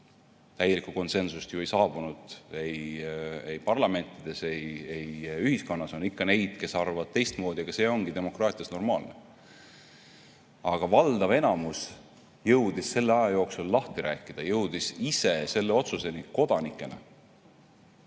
täielikku konsensust ju ei saabunud ei parlamentides ega ühiskonnas. On ikka neid, kes arvavad teistmoodi, aga see ongi demokraatias normaalne. Aga enamik jõudis selle aja jooksul lahti rääkida, nad jõudsid ise selle otsuseni kodanikena.